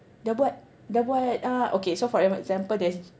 dah buat dah buat uh okay for example there's